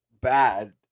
Bad